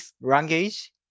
language